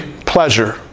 pleasure